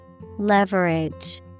Leverage